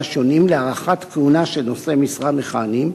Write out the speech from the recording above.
שונים להארכת כהונה של נושאי משרה מכהנים,